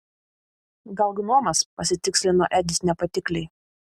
gal gnomas pasitikslino edis nepatikliai